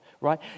right